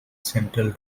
central